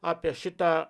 apie šitą